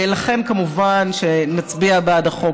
לכן, כמובן, נצביע בעד החוק.